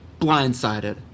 blindsided